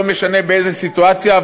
לא משנה באיזו סיטואציה,